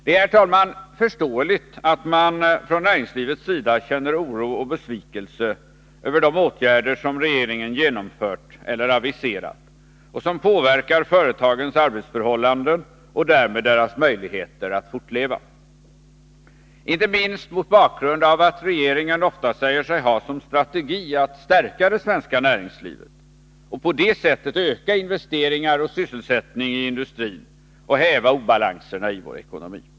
Det är, herr talman, förståeligt att man från näringslivets sida känner oro och besvikelse över de åtgärder som regeringen genomfört eller aviserat och som påverkar företagens arbetsförhållanden och därmed deras möjligheter att fortleva — inte minst mot bakgrund av att regeringen ofta säger sig ha som strategi att stärka det svenska näringslivet och på det sättet öka investeringar och sysselsättning i industrin samt häva obalanserna i vår ekonomi.